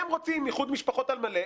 הם רוצים איחוד משפחות על מלא,